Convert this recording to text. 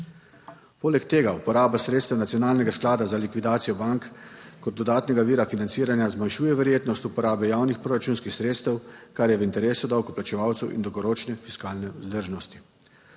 Poleg tega uporaba sredstev nacionalnega sklada za likvidacijo bank kot dodatnega vira financiranja zmanjšuje verjetnost uporabe javnih proračunskih sredstev, kar je v interesu davkoplačevalcev in dolgoročne fiskalne vzdržnosti.